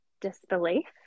disbelief